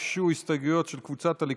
הוגשו הסתייגויות של קבוצת סיעת הליכוד,